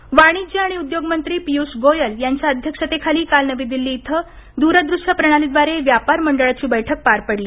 व्यापार बैठक वाणिज्य आणि उद्योगमंत्री पीयूष गोयल यांच्या अध्यक्षतेखाली काल नवी दिल्ली इथं द्रदृश्य प्रणालीद्वारे व्यापार मंडळाची बैठक पार पडली